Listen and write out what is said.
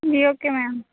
جی okay میم